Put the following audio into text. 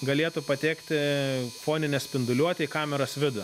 galėtų patekti foninė spinduliuotė į kameros vidų